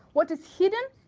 what is hidden?